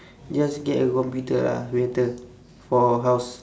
just get a computer lah better for house